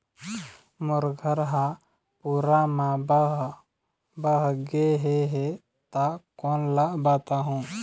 मोर घर हा पूरा मा बह बह गे हे हे ता कोन ला बताहुं?